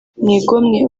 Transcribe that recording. mwigomwe